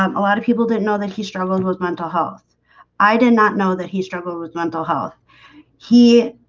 um a lot of people didn't know that he struggled with mental health i did not know that he struggled with mental health he